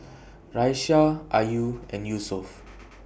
Raisya Ayu and Yusuf